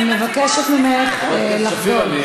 אני מבקשת ממך לחדול.